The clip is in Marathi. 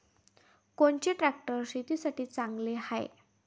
कोनचे ट्रॅक्टर शेतीसाठी चांगले हाये?